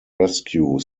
rescue